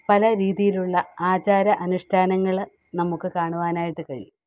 പല രീതിയിലുള്ള ആചാര അനുഷ്ഠാനങ്ങൾ നമുക്ക് കാണുവാനായിട്ട് കഴിയും